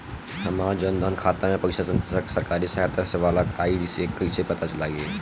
हमार जन धन खाता मे पईसा सरकारी सहायता वाला आई त कइसे पता लागी?